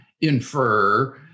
infer